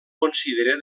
considera